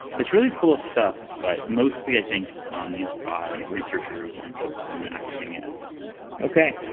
it's really cool stuff, but mostly i think um used by researchers and folks in academia at this point okay.